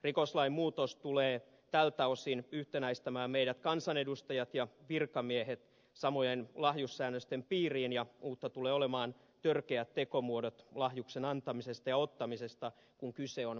rikoslain muutos tulee tältä osin yhtenäistämään kansanedustajat ja virkamiehet samojen lahjussäännösten piiriin ja uutta tulevat olemaan törkeät tekomuodot lahjuksen antamisesta ja ottamisesta kun kyse on kansanedustajasta